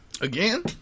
Again